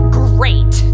great